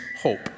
hope